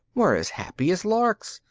were as happy as larks.